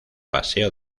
paseo